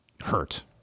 hurt